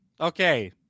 Okay